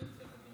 לא אצלי.